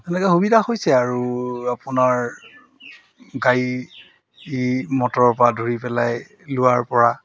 সেনেকৈ সুবিধা হৈছে আৰু আপোনাৰ গাড়ী মটৰৰপৰা ধৰি পেলাই লোৱাৰপৰা